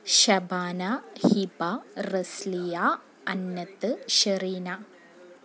Shabana Hiba Resliya Annath Shereena